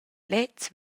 lez